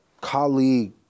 colleague